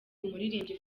umuririmbyi